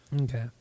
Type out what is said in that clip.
Okay